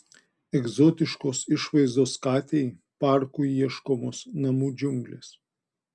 egzotiškos išvaizdos katei parku ieškomos namų džiunglės